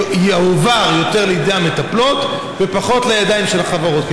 יועבר יותר לידי המטפלות ופחות לידיים של החברות,